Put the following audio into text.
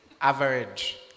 average